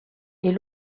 est